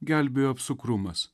gelbėjo apsukrumas